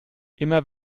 immer